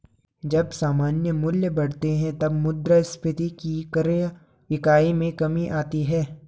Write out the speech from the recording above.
जब सामान्य मूल्य बढ़ते हैं, तब मुद्रास्फीति की क्रय इकाई में कमी आती है